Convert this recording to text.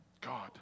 God